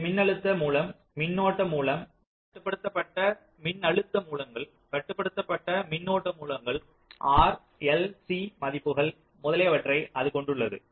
இது மின்னழுத்த மூலம் மின்னோட்ட மூலம் கட்டுப்படுத்தப்பட்ட மின்னழுத்த மூலங்கள் கட்டுப்படுத்தப்பட்ட மின்னோட்ட மூலங்கள் R L C மதிப்புகள் முதலியவற்றை அது கொண்டுள்ளது